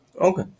Okay